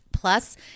Plus